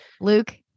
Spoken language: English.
luke